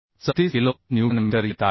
34किलो newton metre येत आहे